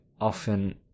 often